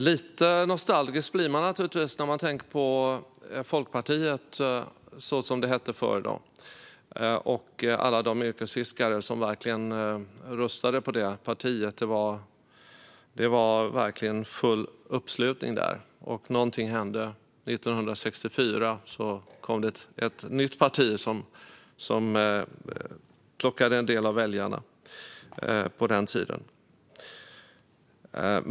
Lite nostalgisk blir man när man tänker på Folkpartiet, som det hette förr, och alla de yrkesfiskare som röstade på det partiet. Det var verkligen full uppslutning där. Men någonting hände - 1964 kom det ett nytt parti som plockade en del av väljarna på den tiden.